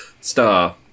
star